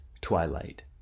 Twilight